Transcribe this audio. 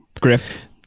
Griff